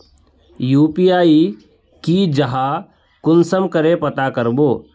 UPI की जाहा कुंसम करे पता करबो?